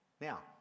Now